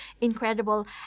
incredible